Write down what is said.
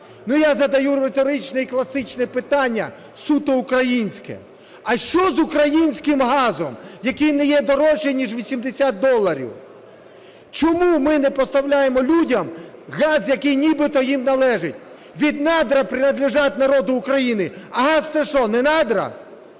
Я задаю риторичне і класичне питання, суто українське: а що з українським газом, який не є дорожчий, ніж 80 доларів. Чому ми не поставляємо людям газ, який нібито їм належить? Ведь надра принадлежат народу України, а газ – це що, не надра?